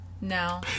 No